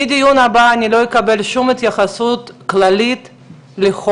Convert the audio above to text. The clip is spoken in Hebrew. מהדיון הבא אני לא אקבל שום התייחסות כללית לחוק,